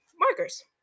markers